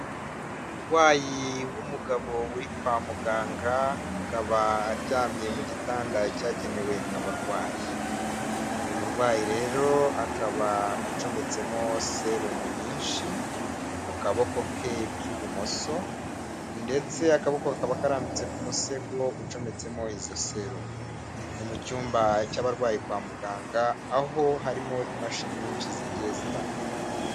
Umurwayi w'umugabo uri kwa muganga, akaba aryamye mu gitanda cyagenewe abarwayi, uyu murwayi rero akaba acometsemo serumu nyinshi mu kaboko ke k'ibumoso, ndetse akaboko kakaba karambitse ku musego ucometsemo izo serumu, ni mu cyumba cy'abarwayi kwa muganga aho harimo imashini nyinshi zigiye zitandukanye.